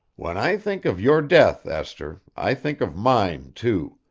when i think of your death, esther, i think of mine, too.